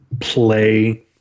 play